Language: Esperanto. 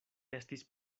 estis